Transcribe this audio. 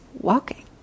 walking